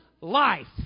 Life